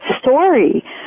story